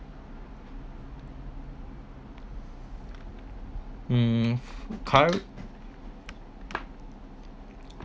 hmm current